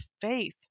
faith